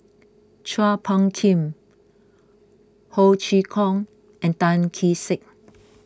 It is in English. Chua Phung Kim Ho Chee Kong and Tan Kee Sek